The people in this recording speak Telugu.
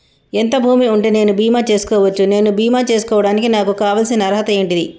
ఎంత భూమి ఉంటే నేను బీమా చేసుకోవచ్చు? నేను బీమా చేసుకోవడానికి నాకు కావాల్సిన అర్హత ఏంటిది?